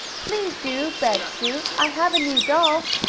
please do! begged sue. i have a new doll.